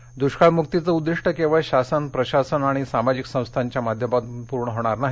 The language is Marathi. श्रमदान दृष्काळमुक्तीचं उद्दिष्ट केवळ शासन प्रशासन आणि सामाजिक संस्थांच्या माध्यमातून पूर्ण होणार नाही